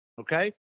Okay